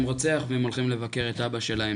רוצח והם הולכים והם הולכים לבקר את אבא שלהם,